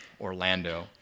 Orlando